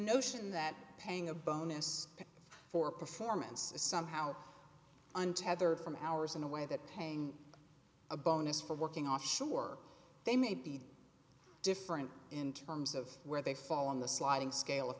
notion that paying a bonus for performance is somehow untethered from ours in a way that paying a bonus for working off sure they may be different in terms of where they fall on the sliding scale of